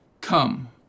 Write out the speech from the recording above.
Come